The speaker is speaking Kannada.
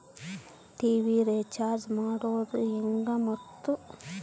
ಟಿ.ವಿ ರೇಚಾರ್ಜ್ ಮಾಡೋದು ಹೆಂಗ ಮತ್ತು?